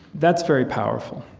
that's very powerful.